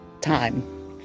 Time